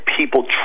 people